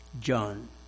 John